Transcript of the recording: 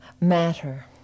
matter